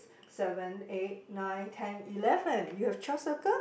seven eight nine ten eleven you have twelve circle